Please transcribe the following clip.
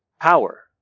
power